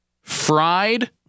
Fried